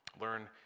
learn